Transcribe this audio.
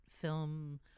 film